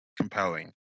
compelling